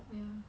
ya